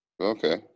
Okay